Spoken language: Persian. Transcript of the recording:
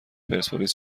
پرسپولیس